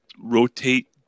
rotate